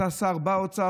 אתה שר באוצר,